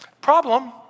Problem